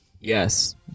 Yes